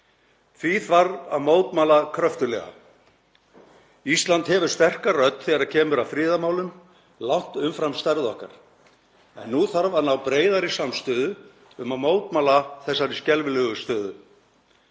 Því þarf að mótmæla kröftuglega. Ísland hefur sterka rödd þegar kemur að friðarmálum, langt umfram stærð okkar, en nú þarf að ná breiðari samstöðu um að mótmæla þessari skelfilegu stöðu.